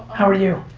how are you?